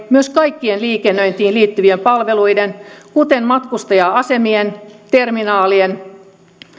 myös kaikkien liikennöintiin liittyvien palveluiden kuten matkustaja asemien terminaalien